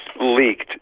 leaked